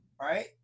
Right